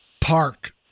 park